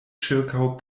ĉirkaŭ